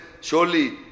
Surely